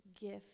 gift